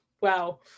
wow